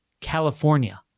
California